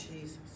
Jesus